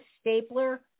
stapler